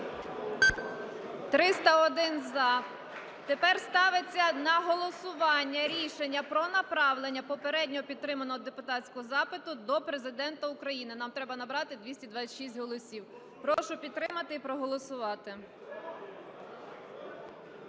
За-301 Тепер ставиться на голосування рішення про направлення попередньо підтриманого депутатського запиту до Президента України. Нам треба набрати 226 голосів. Прошу підтримати і проголосувати.